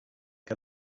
che